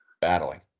Battling